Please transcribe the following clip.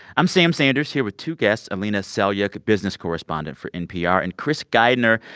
i'm sam sanders, here with two guests alina selyukh, business correspondent for npr, and chris geidner,